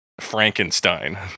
Frankenstein